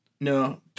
no